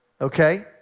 Okay